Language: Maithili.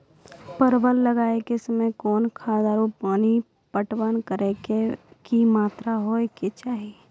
परवल लगाबै के समय कौन खाद आरु पानी पटवन करै के कि मात्रा होय केचाही?